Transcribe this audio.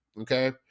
Okay